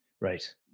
Right